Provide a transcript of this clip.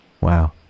Wow